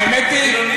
האמת היא,